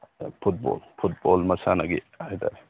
ꯑꯗ football football ꯃꯁꯥꯟꯅꯒꯤ ꯍꯥꯏ ꯇꯥꯔꯦ